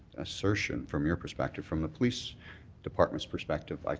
assertion from your perspective. from a police department's perspective, like